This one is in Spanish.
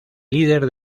líder